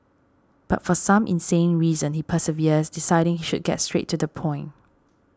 but for some insane reason he perseveres deciding he should get straight to the point